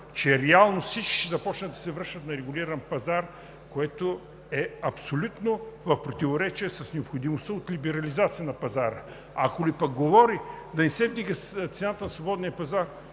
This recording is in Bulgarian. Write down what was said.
че реално всички ще започнат да се връщат на регулиран пазар, което е в абсолютно противоречие с необходимостта от либерализация на пазара. Ако ли пък говори да не се вдига цената на свободния пазар,